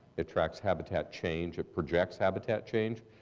it tracks habitat change, it projects habitat change,